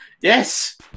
Yes